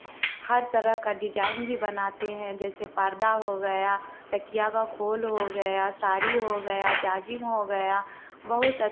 हर तरह का डिजाईन भी बनाते है जैसे पर्दा हो गया तकिया का खोल हो गया साड़ी हो गया जाजिम हो गया बहुत